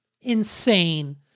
insane